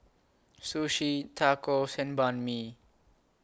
Sushi Tacos and Banh MI